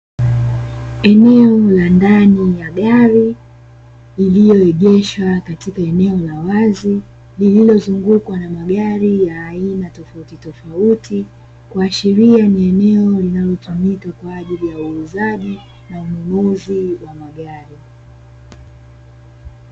Eneo la ndani ya gari ilioegeshwa katika eneo la wazi, liliozungukwa na magari ya aina tofauti tofauti, kuashiria ni eneo linalotumika kwa ajili ya uuzaji na ununuzi wa magari.